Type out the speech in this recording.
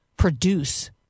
produce